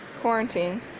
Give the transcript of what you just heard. quarantine